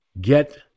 get